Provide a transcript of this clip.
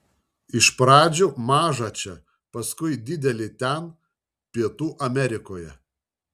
iš pradžių mažą čia paskui didelį ten pietų amerikoje